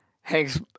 Hank's